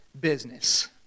business